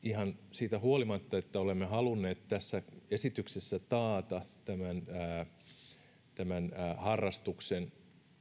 siitä huolimatta että olemme halunneet tässä esityksessä taata tämän harrastuksen